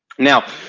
now,